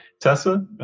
Tessa